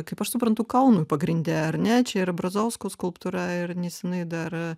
kaip aš suprantu kaunui pagrinde ar ne čia yra brazausko skulptūra ir nesenai dar